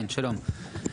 כן, שלום,